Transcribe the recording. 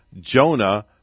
Jonah